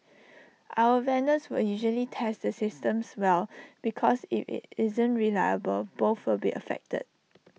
our vendors will usually test the systems well because if IT isn't reliable both will be affected